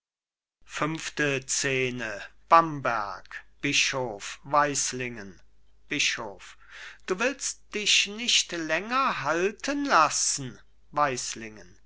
du willst dich nicht länger halten lassen